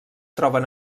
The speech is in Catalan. troben